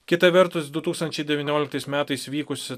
kita vertus du tūkstančiai devynioliktais metais vykusi